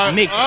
mix